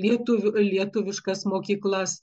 lietuvių lietuviškas mokyklas